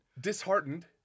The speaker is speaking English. Disheartened